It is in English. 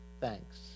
thanks